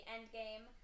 Endgame